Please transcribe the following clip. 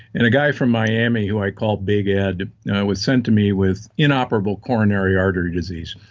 and a guy from miami, who i called big ed was sent to me with inoperable coronary artery disease.